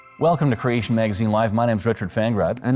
welcome to creation magazine live! my name is richard fangrad. and